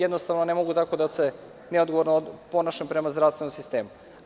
Jednostavno ne mogu tako neodgovorno da se ponašam prema zdravstvenom sistemu.